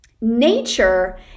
Nature